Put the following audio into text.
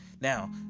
now